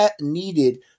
needed